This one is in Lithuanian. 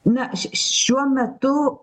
na š šiuo metu